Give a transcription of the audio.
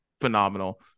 phenomenal